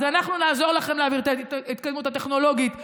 אז אנחנו נעזור לכן להעביר את ההתקדמות הטכנולוגית שלכן,